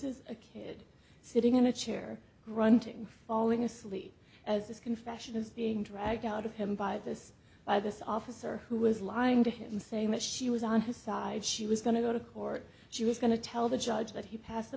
is a kid sitting in a chair run to falling asleep as this confession is being dragged out of him by this by this officer who was lying to him saying that she was on his side she was going to go to court she was going to tell the judge that he passed the